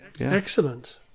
excellent